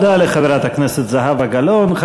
תודה לחברת הכנסת זהבה גלאון.